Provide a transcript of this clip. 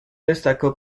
destacó